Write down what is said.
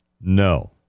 no